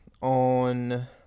on